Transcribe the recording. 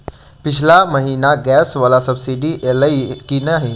पिछला महीना गैस वला सब्सिडी ऐलई की नहि?